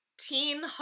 teen